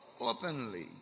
Openly